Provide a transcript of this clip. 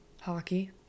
Hockey